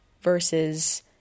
versus